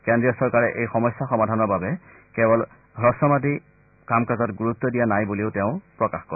কেন্দ্ৰীয় চৰকাৰে এই সমস্যা সমাধানৰ বাবে কেৱল হুস্বম্যাদী কাম কাজত গুৰুত্ব দিয়া নাই বুলিও তেওঁ প্ৰকাশ কৰে